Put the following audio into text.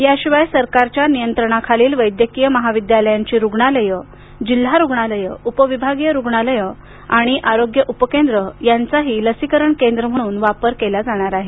याशिवाय सरकारच्या नियंत्रणाखालील वैद्यकीय महाविद्यालयांची रुग्णालये जिल्हा रुग्णालये उपविभागीय रुग्णालये आणि आरोग्य उप केंद्र यांचाही लसीकरण केंद्र म्हणून वापर केला जाणार आहे